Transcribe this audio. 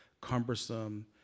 cumbersome